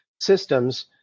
systems